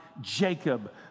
Jacob